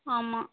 ஆமாம்